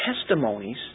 testimonies